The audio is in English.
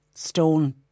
Stone